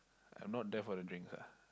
I not there for the drinks ah